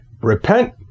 repent